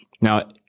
Now